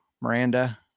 Miranda